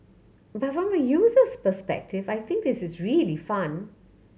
but from a user's perspective I think this is really fun